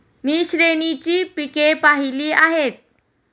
मी श्रेणीची पिके पाहिली आहेत